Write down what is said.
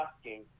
asking